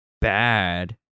bad